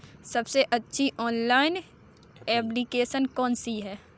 सबसे अच्छी online application कौन सी है?